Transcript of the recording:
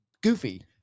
goofy